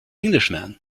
englishman